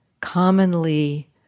commonly